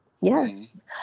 Yes